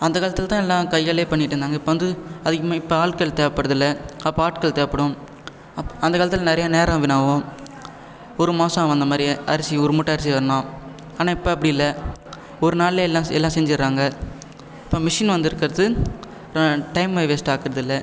அந்த காலத்தில் தான் எல்லாம் கையாலே பண்ணிக்கிட்டு இருந்தாங்க இப்போ வந்து அதிகமாக இப்போ ஆட்கள் தேவைப்படுறதுல்ல அப்போ ஆட்கள் தேவைப்படும் அப் அந்த காலத்தில் நிறையா நேரம் வீணாகவும் ஒரு மாசம் ஆகும் அந்தமாதிரி அரிசி ஒரு மூட்டை அரிசி வேணும்னா ஆனால் இப்போ அப்படி இல்லை ஒரு நாள்லே எல்லாம் எல்லாம் செஞ்சுட்றாங்க இப்போ மிஷின் வந்துருக்கிறது டைம்மை வேஸ்ட் ஆக்கிறது இல்லை